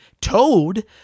Toad